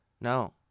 No